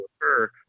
occur